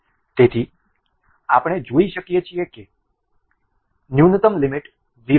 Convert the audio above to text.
તેથી આપણે જોઈ શકીએ છીએ કે ન્યૂનતમ લિમિટ 0 હતી